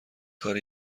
کار